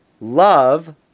Love